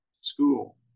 school